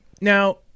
now